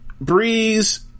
Breeze